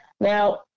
Now